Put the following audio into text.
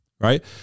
right